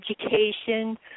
education